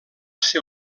ser